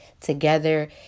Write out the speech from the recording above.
together